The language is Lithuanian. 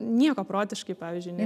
nieko protiškai pavyzdžiui ne